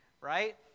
right